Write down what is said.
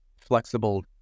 flexible